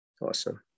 Awesome